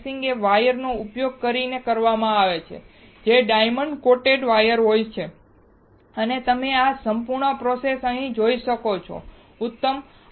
slicing એ wire નો ઉપયોગ કરીને કરવામાં આવે છે જે ડાયમંડ કોટેડ વાયર હોય છે અને તમે આ સંપૂર્ણ પ્રોસેસ અહીં જોઈ શકો છો ઉત્તમ